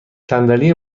صندلی